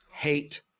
Hate